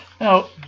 Now